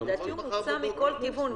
לדעתי, הוא מוצה מכל כיוון.